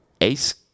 ACE